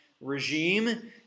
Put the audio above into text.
regime